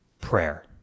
prayer